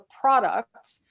product